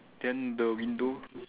then the window